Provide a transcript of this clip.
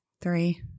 three